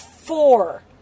Four